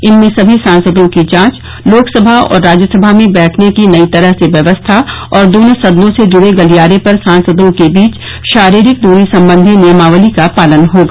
इनमें सभी सांसदों की जांच लोकसभा और राज्यसभा में बैठने की नई तरह से व्यवस्था और दोनों सदनों से जुड़े गलियारे पर सांसदों के बीच शारीरिक दूरी संबंधी नियमावली का पालन होगा